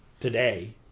today